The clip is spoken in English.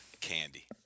Candy